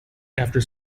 after